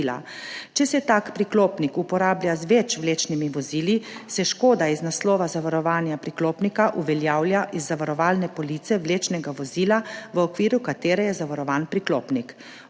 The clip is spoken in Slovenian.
Če se tak priklopnik uporablja z več vlečnimi vozili, se škoda iz naslova zavarovanja priklopnika uveljavlja iz zavarovalne police vlečnega vozila, v okviru katere je zavarovan priklopnik.